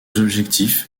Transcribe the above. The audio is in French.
objectifs